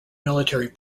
military